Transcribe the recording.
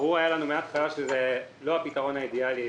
ברור היה לנו מהתחלה שזה לא הפתרון האידיאלי.